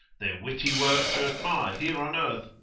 their witty works are admired here on earth,